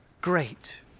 great